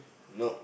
nope